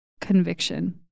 conviction